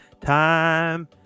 Time